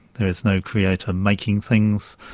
there's no creator making things,